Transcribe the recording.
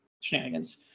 shenanigans